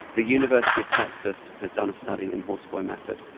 the university of texas has done a study in horse boy method,